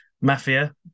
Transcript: Mafia